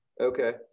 Okay